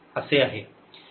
5 15 आणि त्यामुळे